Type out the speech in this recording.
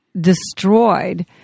destroyed